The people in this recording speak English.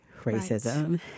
racism